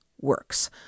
works